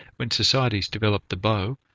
when societies developed the bow,